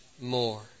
more